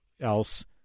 else